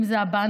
אם זה הבנקים,